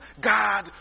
God